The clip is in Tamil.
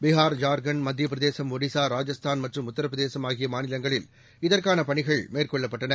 பிஹார் ஜார்கண்ட் மத்தியபிரதேசம் ஒடிசா ராஜஸ்தான் மற்றும் உத்தரபிரதேசம் ஆகியமாநிலங்களில் இதற்கானபணிகள் மேற்கொள்ளப்பட்டன